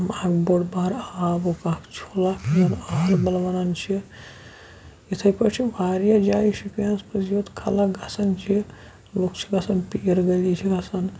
اَکھ بوٚڑ بار آبُک اَکھ چھُل اَکھ یَتھ زَن اَہربَل وَنان چھِ یِتھَے پٲٹھۍ چھِ واریاہ جایہِ شُپیَنَس منٛز یوٚت خلق گژھان چھِ لُکھ چھِ گژھان پیٖر گٔلی چھِ گژھان